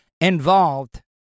involved